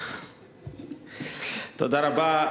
תודה רבה.